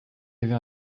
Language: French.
avait